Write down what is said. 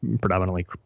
predominantly